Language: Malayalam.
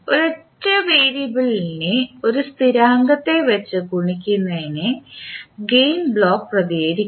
ഒരൊറ്റ വേരിയബിളിനെ ഒരു സ്ഥിരാങ്കത്തെ വെച്ച് ഗുണിക്കുന്നതിനെ ഗെയിൻ ബ്ലോക്ക് പ്രതിനിധീകരിക്കുന്നു